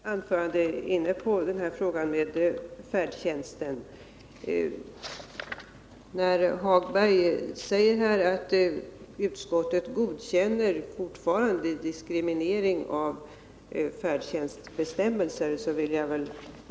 Herr talman! I mitt tidigare anförande var jag inne på frågan om färdtjänsten. Det är inte riktigt som Lars-Ove Hagberg säger att utskottet godkänner diskriminerande färdtjänstbestämmelser.